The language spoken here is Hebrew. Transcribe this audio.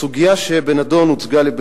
הסוגיה שבנדון הוצגה לי,